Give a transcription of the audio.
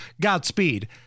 Godspeed